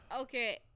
okay